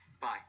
bye